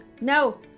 no